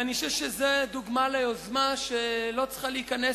ואני חושב שזאת דוגמה ליוזמה שלא צריכה להיכנס